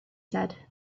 said